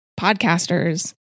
podcasters